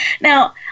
Now